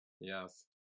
Yes